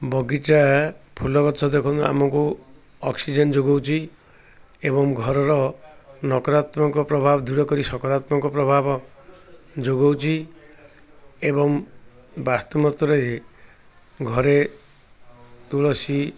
ବଗିଚା ଫୁଲ ଗଛ ଦେଖନ୍ତୁ ଆମକୁ ଅକ୍ସିଜେନ୍ ଯୋଗାଉଛି ଏବଂ ଘରର ନକରାତ୍ମକ ପ୍ରଭାବ ଦୂର କରି ସକରାତ୍ମକ ପ୍ରଭାବ ଯୋଗାଉଛି ଏବଂ ବାସ୍ତୁ ମତରେ ଘରେ ତୁଳସୀ